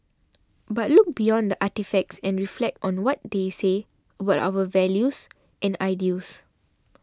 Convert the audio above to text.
but look beyond the artefacts and reflect on what they say about our values and ideals